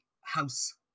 house